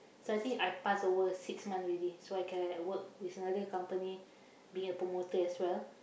so I think I pass over six month already so I can like work with another company being a promoter as well